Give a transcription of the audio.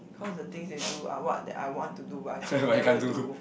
cause the things they do are what that I want to do but I can never do